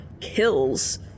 kills